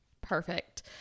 Perfect